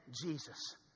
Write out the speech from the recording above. Jesus